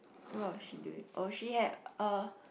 what was she doing oh she had a